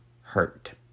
hurt